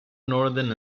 northern